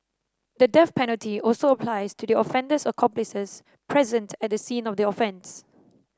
the death penalty also applies to the offender's accomplices present at the scene of the offence